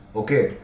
okay